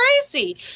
crazy